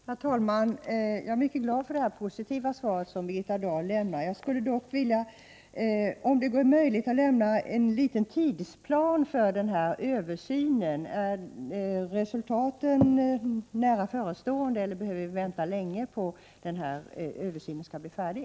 Herr talman! Jag är mycket glad för det mycket positiva svar som Birgitta Dahl har lämnat. Jag undrar emellertid om det är möjligt att lämna en tidsplan för denna översyn. Är resultaten nära förestående eller måste vi vänta länge på att översynen skall bli färdig?